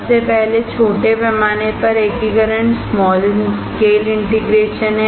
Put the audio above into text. सबसे पहले छोटे पैमाने पर एकीकरण है